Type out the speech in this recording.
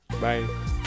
bye